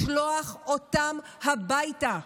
לשלוח אותם הביתה,